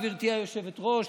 גברתי היושבת-ראש,